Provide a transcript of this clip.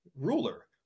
ruler